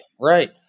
Right